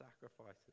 sacrifices